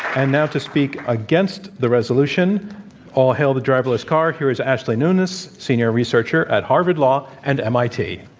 and now, to speak against the resolution all hail the driverless car, here is ashley nunes, senior researcher at harvard law and mit.